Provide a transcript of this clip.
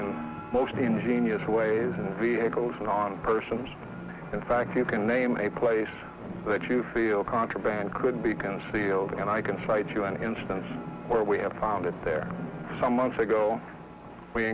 in most ingenious ways and vehicles and on persons in fact you can name a place that you feel contraband could be concealed and i can cite you an instance where we have found it there some months ago we